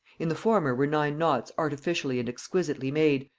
in the former were nine knots artificially and exquisitely made,